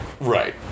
Right